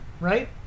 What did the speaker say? right